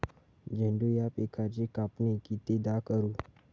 झेंडू या पिकाची कापनी कितीदा करू?